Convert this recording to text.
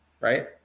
right